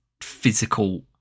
physical